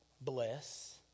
bless